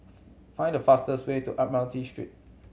find the fastest way to Admiralty Street